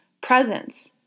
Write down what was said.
Presence